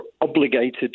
obligated